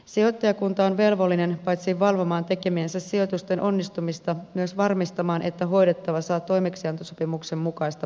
sijoittajakunta on velvollinen paitsi valvomaan tekemiensä sijoitusten onnistumista myös varmistamaan että hoidettava saa toimeksiantosopimuksen mukaista palvelua